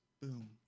Boom